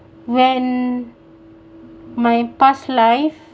when my past life